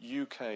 UK